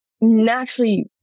naturally